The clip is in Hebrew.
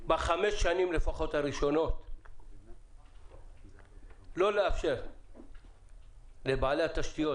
לפחות בחמש השנים הראשונות לא לאפשר לבעלי התשתיות,